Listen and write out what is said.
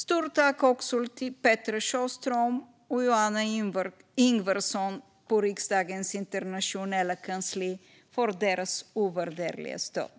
Stort tack också till Petra Sjöström och Johanna Ingvarsson på riksdagens internationella kansli för deras ovärderliga stöd!